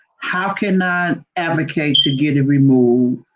how can i advocate to get it removed?